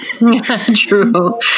true